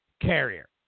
Carrier